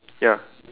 ya